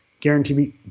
Guaranteed